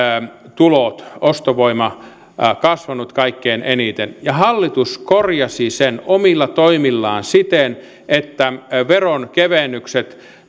tulot ja ostovoima kasvaneet kaikkein eniten hallitus korjasi sen omilla toimillaan siten että veronkevennykset